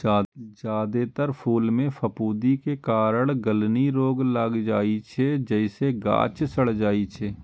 जादेतर फूल मे फफूंदी के कारण गलनी रोग लागि जाइ छै, जइसे गाछ सड़ि जाइ छै